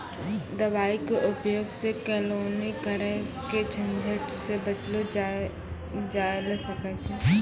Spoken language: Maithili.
दवाई के उपयोग सॅ केलौनी करे के झंझट सॅ बचलो जाय ल सकै छै